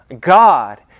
God